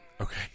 Okay